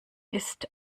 ist